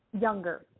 younger